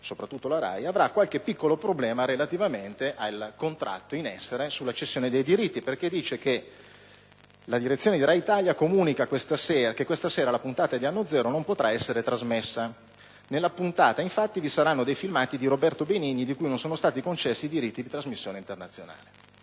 soprattutto) avremo qualche piccolo problema relativamente al contratto in essere sulla cessione dei diritti. Secondo la notizia di agenzia, la direzione di RAI Italia ha comunicato che questa sera la puntata di "Annozero" non potrà essere trasmessa; nella puntata, infatti, vi sarebbero dovuti essere dei filmati di Roberto Benigni di cui non sono stati concessi i diritti di trasmissione internazionale.